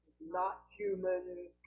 not-human